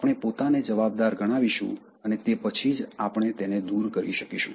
આપણે પોતાને જવાબદાર ગણાવીશું અને તે પછી જ આપણે તેને દૂર કરી શકીશું